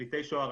פליטי שואה,